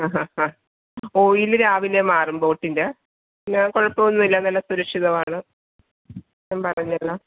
ആ ഹാ ഹാ ഓയില് രാവിലെ മാറും ബോട്ടിൻ്റെ പിന്നെ കുഴപ്പമൊമൈന്നുമില്ല നല്ല സുരക്ഷിതമാണ് ഞാൻ പറഞ്ഞല്ലോ